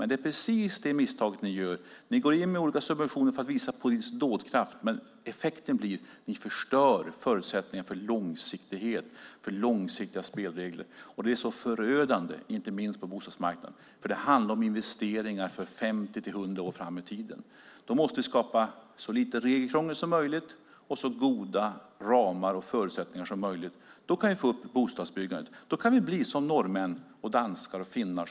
Det är just det misstaget ni gör: Ni går in med subventioner för att visa politisk dådkraft, men effekten blir att ni förstör förutsättningen för långsiktighet och långsiktiga spelregler. Det är förödande, inte minst på bostadsmarknaden. Det handlar om investeringar 50-100 år framåt. Vi måste skapa så lite regelkrångel som möjligt och så goda ramar och förutsättningar som möjligt. Då kan vi få upp bostadsbyggandet. Då kan vi bli som norrmännen, danskarna och finnarna.